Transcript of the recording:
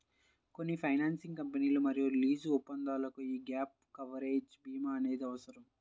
కొన్ని ఫైనాన్సింగ్ కంపెనీలు మరియు లీజు ఒప్పందాలకు యీ గ్యాప్ కవరేజ్ భీమా అనేది అవసరం